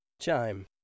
Chime